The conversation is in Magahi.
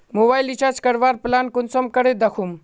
मोबाईल रिचार्ज करवार प्लान कुंसम करे दखुम?